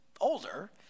older